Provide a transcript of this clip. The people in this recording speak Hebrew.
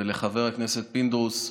ולחבר הכנסת פינדרוס,